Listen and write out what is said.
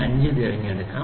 25 തിരഞ്ഞെടുക്കാം